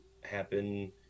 happen